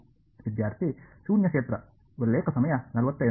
ವಿದ್ಯಾರ್ಥಿ ಶೂನ್ಯ ಕ್ಷೇತ್ರ ಉಲ್ಲೇಖ ಸಮಯ 0048